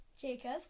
Jacob